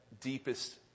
deepest